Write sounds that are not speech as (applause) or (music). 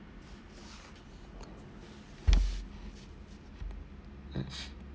(noise)